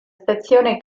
stazione